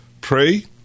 pray